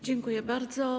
Dziękuję bardzo.